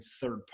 third